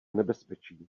nebezpečí